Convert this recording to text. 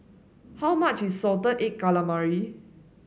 how much is Salted Egg Calamari